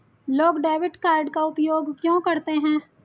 लोग debit card का उपयोग क्यों करते हैं?